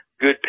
good